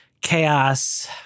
chaos